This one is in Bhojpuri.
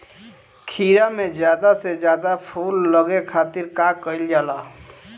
खीरा मे ज्यादा से ज्यादा फूल लगे खातीर का कईल जाला?